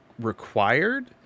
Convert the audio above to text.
required